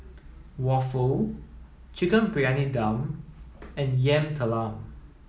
Waffle Chicken Briyani Dum and Yam Talam